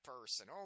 person